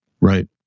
Right